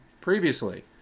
previously